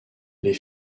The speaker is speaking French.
les